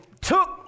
took